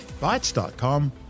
Bytes.com